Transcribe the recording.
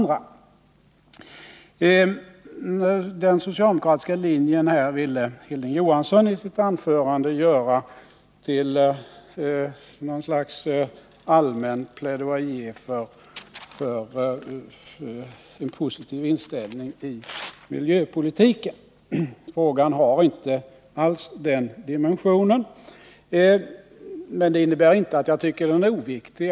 Den socialdemokratiska linjen på den här punkten ville Hilding Johansson isitt anförande göra till något slags allmän plaidoyer för en positiv inställning i miljöpolitiken. Frågan har inte alls den dimensionen. Det innebär inte att jag tycker den är oviktig.